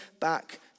back